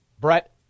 brett